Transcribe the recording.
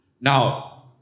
Now